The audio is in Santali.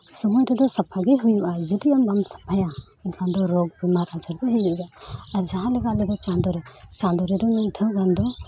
ᱥᱩᱢᱟᱹᱭ ᱨᱮᱫᱚ ᱥᱟᱯᱷᱟᱜᱮ ᱦᱩᱭᱩᱜᱼᱟ ᱡᱩᱫᱤ ᱟᱢ ᱵᱟᱢ ᱥᱟᱯᱷᱟᱭᱟ ᱮᱱᱠᱷᱟᱱ ᱫᱚ ᱨᱳᱜᱽ ᱵᱮᱢᱟᱨ ᱟᱡᱟᱨ ᱫᱚ ᱦᱩᱭᱩᱜ ᱜᱮᱭᱟ ᱟᱨ ᱡᱟᱦᱟᱸ ᱞᱮᱠᱟ ᱟᱞᱮ ᱫᱚ ᱪᱟᱸᱫᱳ ᱨᱮ ᱪᱟᱸᱫᱳ ᱨᱮᱫᱚ ᱢᱮᱱᱫᱷᱟᱹᱣ ᱜᱟᱱ ᱫᱚ